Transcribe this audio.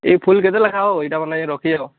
ଏ ଫୁଲ୍ କେତେ ଲେଖାଁ ହୋ ଏଇଟା ମାନେ ରଖିଛ